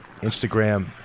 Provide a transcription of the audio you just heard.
instagram